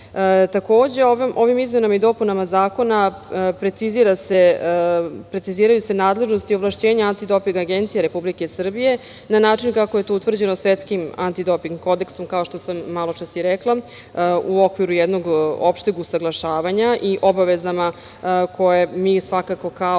ovim izmenama i dopunama zakona preciziraju se nadležnosti i ovlašćenja Antidoping agencije Republike Srbije na način kako je to utvrđeno Svetskim antidoping kodeksom, kako sam maločas i rekla, u okviru jednog opšteg usaglašavanja obaveza koje mi svakako kao